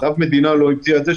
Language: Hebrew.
אף מדינה לא המציאה את זה,